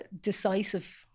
decisive